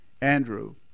Andrew